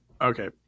Okay